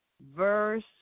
verse